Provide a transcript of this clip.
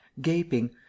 gaping